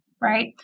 right